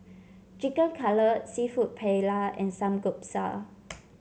Chicken Cutlet seafood Paella and Samgyeopsal